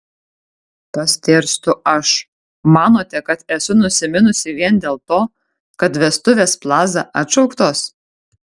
pastėrstu aš manote kad esu nusiminusi vien dėl to kad vestuvės plaza atšauktos